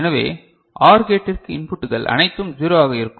எனவே OR கேட்டிற்கு இன்புட்கள் அனைத்தும் 0 ஆக இருக்கும்